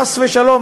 חס ושלום,